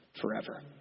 forever